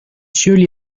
surely